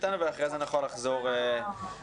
איתנו ואחרי זה נוכל לחזור למשרד.